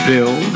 Bill